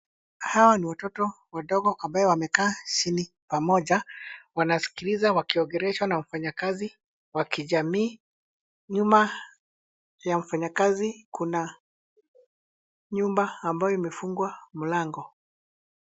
Hawa ni watoto wadogo ambaye wamekaa chini pamoja. Wanasikiliza wakiongeleshwa wafanyakazi wa kijamii. Nyuma ya mfanyakazi kuna nyumba ambayo imefungwa mlango.